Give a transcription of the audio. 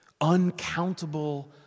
Uncountable